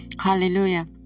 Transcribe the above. Hallelujah